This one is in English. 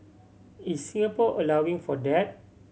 is Singapore allowing for that